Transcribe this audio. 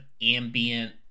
ambient